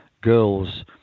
girls